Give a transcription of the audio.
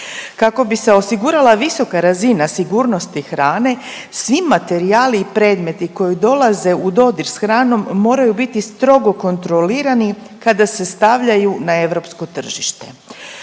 Kako bi se osigurala visoka razina sigurnosti hrane svi materijali i predmeti koji dolaze u dodir s hranom, moraju biti strogo kontrolirani kada se stavljaju na europsko tržište.